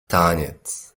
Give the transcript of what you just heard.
taniec